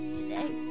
today